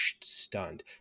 stunned